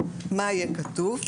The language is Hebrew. מה יהיה כתוב,